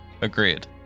Agreed